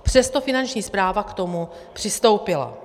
Přesto Finanční správa k tomu přistoupila.